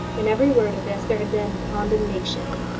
in every word of this there had been condemnation.